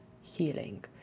healing